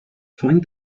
find